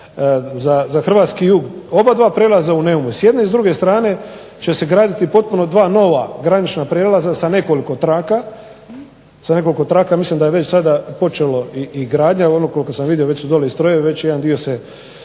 za hrvatski jug obadva prijelaza u Neumu. S jedne i s druge strane će se graditi potpuno dva nova granična prijelaza sa nekoliko traka. Ja mislim da je već sada počelo i gradnja. Evo koliko sam vidio već su dole i strojevi, već je jedan dio